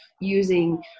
using